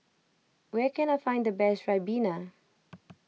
where can I find the best Ribena